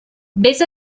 vés